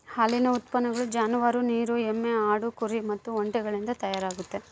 ಹಾಲಿನ ಉತ್ಪನ್ನಗಳು ಜಾನುವಾರು, ನೀರು ಎಮ್ಮೆ, ಆಡು, ಕುರಿ ಮತ್ತೆ ಒಂಟೆಗಳಿಸಿಂದ ತಯಾರಾಗ್ತತೆ